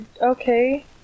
Okay